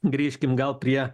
grįžkim gal prie